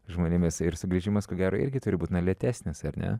žmonėmis ir sugrįžimas ko gero irgi turi būt na lėtesnis ar ne